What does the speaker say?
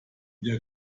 der